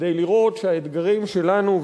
כדי לראות שהאתגרים שלנו,